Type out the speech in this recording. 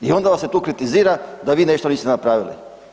I onda vas se tu kritizira da vi nešto niste napravili.